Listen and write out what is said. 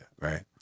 right